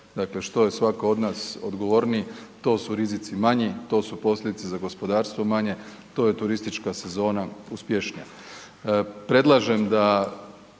dakle, što je svatko od nas odgovorniji, to su rizici manji, to su posljedice za gospodarstvo manje, to je turistička sezona uspješnija.